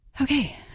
okay